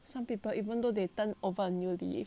some people even though they turn over a new leaf